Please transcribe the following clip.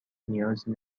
نیازی